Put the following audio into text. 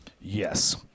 Yes